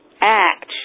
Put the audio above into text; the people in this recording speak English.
act